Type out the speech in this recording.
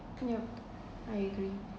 yup I agree